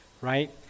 right